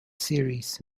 series